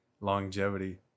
longevity